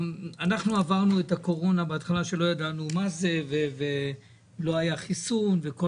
אנחנו עברנו את הקורונה בהתחלה כשלא ידענו מה זה ולא היה חיסון וכל